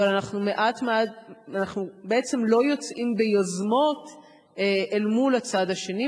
אבל אנחנו בעצם לא יוצאים ביוזמות אל מול הצד השני.